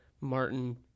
Martin –